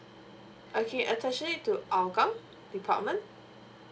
okay attention it to hougang department